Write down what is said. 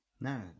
No